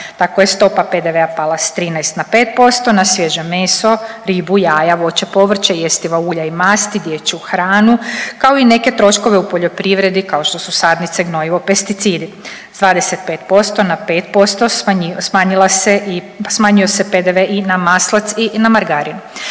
tako je stopa PDV-a pala s 13 na 5% na svježe meso, ribu, jaja, voće, povrće i jestiva ulja i masti i dječju hranu, kao i neke troškove u poljoprivredi kao što su sadnice, gnojivo, pesticidi, s 25% na 5% smanjio se PDV i na maslac i na margarin.